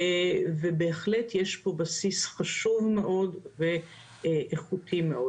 ובהחלט יש פה בסיס חשוב ואיכותי מאוד.